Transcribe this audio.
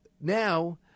now